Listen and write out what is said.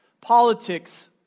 Politics